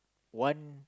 one